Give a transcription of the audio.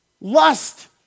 lust